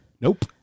Nope